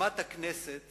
במת הכנסת